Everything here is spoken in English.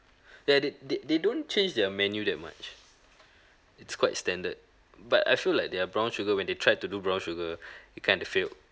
ya they they they don't change their menu that much it's quite standard but I feel like their brown sugar when they tried to do brown sugar it kinda failed